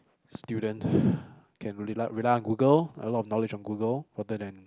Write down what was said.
student can rely rely on Google a lot of knowledge on Google rather than